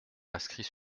inscrit